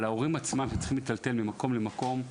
אבל ההורים עצמם שצריכים להיטלטל ממקום למקום,